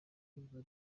barya